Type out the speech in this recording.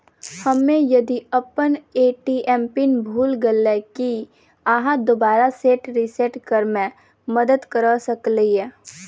हम्मे यदि अप्पन ए.टी.एम पिन भूल गेलियै, की अहाँ दोबारा सेट रिसेट करैमे मदद करऽ सकलिये?